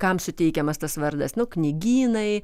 kam suteikiamas tas vardas nu knygynai